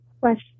question